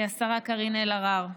השרה קארין אלהרר.